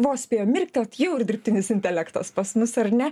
vos spėjom mirktelt jau ir dirbtinis intelektas pas mus ar ne